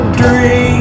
dream